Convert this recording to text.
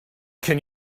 can